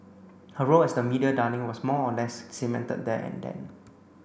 her role as the media darling was more or less cemented there and then